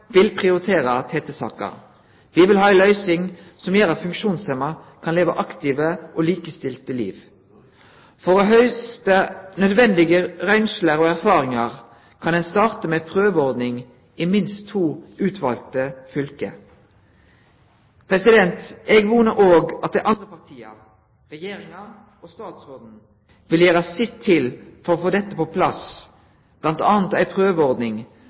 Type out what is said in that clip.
vil prioritere TT-saka. Vi vil ha ei løysing som gjer at funksjonshemma kan leve aktive og likestilte liv. For å hauste nødvendige røynsler og erfaringar kan ein starte med ei prøveordning i minst to utvalde fylke. Eg vonar òg at dei andre partia, Regjeringa og statsråden vil gjere sitt for å få dette på plass, bl.a. ei prøveordning